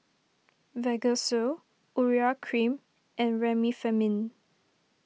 Vagisil Urea Cream and Remifemin